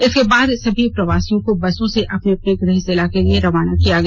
इसके बाद सभी प्रवासियों को बसों से अपने अपने गृह जिला के लिए रवाना किया गया